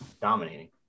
dominating